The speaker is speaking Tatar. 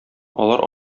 алар